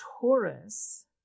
Taurus